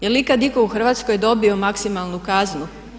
Jel ikad itko u Hrvatskoj dobio maksimalnu kaznu?